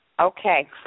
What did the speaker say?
Okay